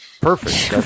Perfect